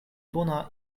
bona